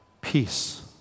peace